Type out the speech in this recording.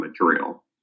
material